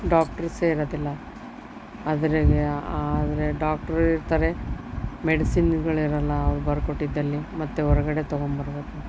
ಡಾಕ್ಟ್ರ್ಸೇ ಇರೋದಿಲ್ಲ ಅದ್ರಗೆ ಆದರೆ ಡಾಕ್ಟ್ರ್ ಇರ್ತಾರೆ ಮೆಡಿಸಿನ್ಗಳೇ ಇರೋಲ್ಲ ಅವ್ರು ಬರ್ಕೊಟ್ಟಿದ್ರಲ್ಲಿ ಮತ್ತೆ ಹೊರ್ಗಡೆ ತೊಗೊಂಬರಬೇಕು